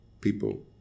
people